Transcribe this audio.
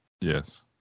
Yes